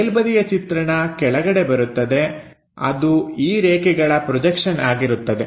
ಮೇಲ್ಬದಿಯ ಚಿತ್ರಣ ಕೆಳಗಡೆ ಬರುತ್ತದೆ ಅದು ಈ ರೇಖೆಗಳ ಪ್ರೊಜೆಕ್ಷನ್ ಆಗಿರುತ್ತದೆ